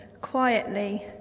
quietly